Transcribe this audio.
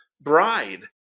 bride